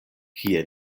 kie